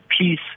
peace